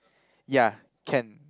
ya can